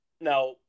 now